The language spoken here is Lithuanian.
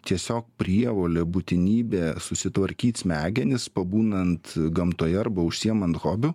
tiesiog prievolė būtinybė susitvarkyt smegenis pabūnant gamtoje arba užsiėman hobiu